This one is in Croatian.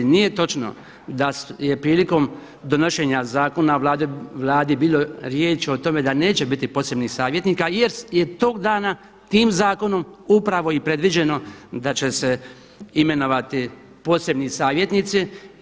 Nije točno da je prilikom donošenja Zakona o Vladi bilo riječ o tome da neće biti posebnih savjetnika jer je tog dana, tim zakonom upravo i predviđeno da će se imenovati posebni savjetnici.